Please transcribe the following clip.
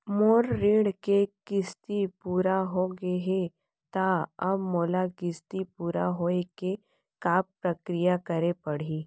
मोर ऋण के किस्ती पूरा होगे हे ता अब मोला किस्ती पूरा होए के का प्रक्रिया करे पड़ही?